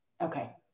okay